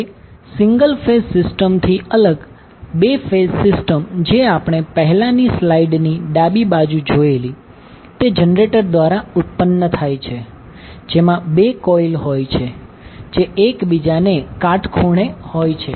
હવે single phase system થી અલગ 2 ફેઝ સિસ્ટમ જે આપણે પહેલાની સ્લાઈડની ડાબી બાજુ જોયેલી તે જનરેટર દ્વારા ઉત્ત્પન થાય છે જેમાં 2 કોઇલ હોય છે જે એકબીજાને કાટખૂણે હોય છે